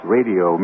Radio